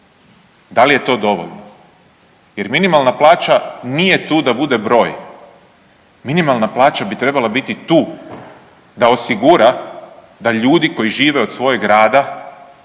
Da li je to dovoljno? Jer minimalna plaća nije tu da bude broj. Minimalna plaća bi trebala biti tu da osigura da ljudi koji žive od svog rada,